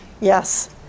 Yes